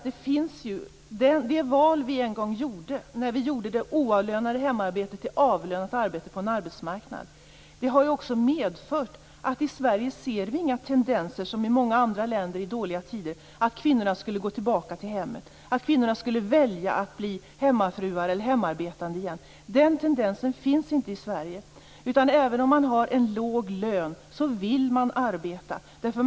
Det val vi en gång gjorde när vi gjorde det oavlönade hemarbetet till avlönat arbete på en arbetsmarknad har också medfört att vi i Sverige inte ser några tendenser, som i många andra länder i dåliga tider, på att kvinnor skulle gå tillbaka till hemmen, på att kvinnor skulle välja att bli hemmafruar eller hemmaarbetande igen. Den tendensen finns inte i Sverige. Även om man har en låg lön vill man arbeta.